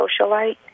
socialite